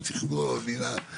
לשר הפנים או למינהל התכנון.